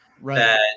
Right